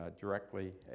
directly